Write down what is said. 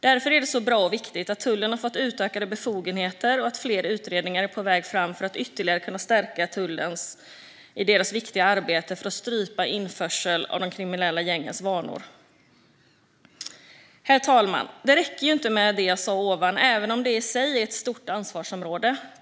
Därför är det bra och viktigt att tullen har fått ökade befogenheter och att fler utredningar är på väg fram för att ytterligare kunna stärka tullen i deras viktiga arbete för att strypa införsel av de kriminella gängens varor. Herr talman! Det räcker inte med det jag nu har sagt, även om det i sig är ett stort ansvarsområde.